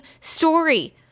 story